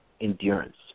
endurance